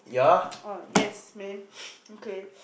oh yes man okay